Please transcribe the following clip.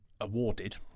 Awarded